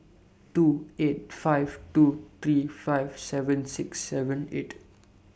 two eight five two three five seven six seven eight